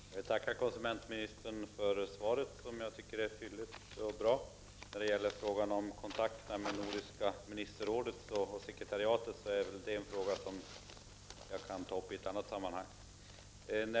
Herr talman! Jag tackar konsumentministern för svaret, som jag tycker är 28 november 1989 fylligt och bra. FTSE SN Frågan om kontakterna med Nordiska ministerrådets sekretariat är väl en fråga som jag kan ta upp i ett annat sammanhang.